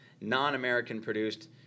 non-American-produced